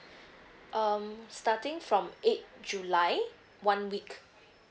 um starting from eighth july one week